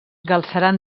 galceran